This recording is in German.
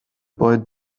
bei